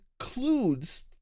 includes